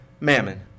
mammon